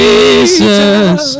Jesus